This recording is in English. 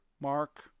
mark